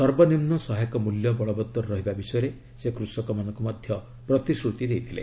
ସର୍ବନିମ୍ନ ସହାୟକ ମୂଲ୍ୟ ବଳବତ୍ତର ରହିବା ବିଷୟରେ ସେ କୃଷକମାନଙ୍କୁ ପ୍ରତିଶ୍ରତି ଦେଇଥିଲେ